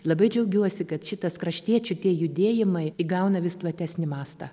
labai džiaugiuosi kad šitas kraštiečių tie judėjimai įgauna vis platesnį mastą